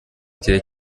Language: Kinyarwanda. gihe